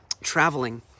traveling